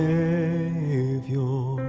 Savior